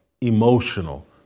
emotional